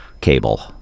cable